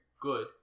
good